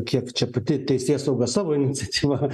kiek čia pati teisėsauga savo iniciatyva